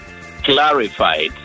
clarified